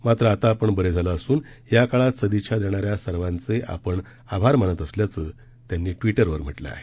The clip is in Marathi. मात्र आता आपण बरे झालो असून याकाळात आपल्याला सदीच्छा देणाऱ्या सर्वांचे आपण आभार मानत असल्याचं त्यांनी ट्विटरवर म्हटलं आहे